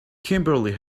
kimberly